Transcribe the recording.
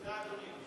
תודה, אדוני.